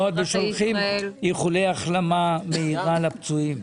ושולחים איחולי החלמה מהירה לפצועים.